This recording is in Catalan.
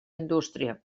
indústria